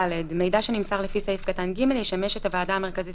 (ד)מידע שנמסר לפי סעיף קטן (ג) ישמש את הוועדה המרכזית